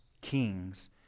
kings